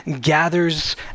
gathers